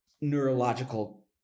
neurological